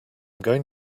going